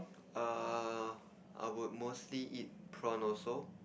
err I would mostly eat prawn also